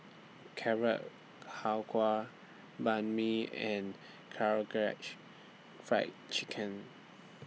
Carrot Halwa Banh MI and Karaage Fried Chicken